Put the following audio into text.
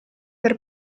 per